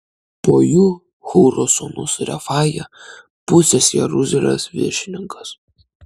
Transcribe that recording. po jų hūro sūnus refaja pusės jeruzalės viršininkas